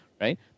Right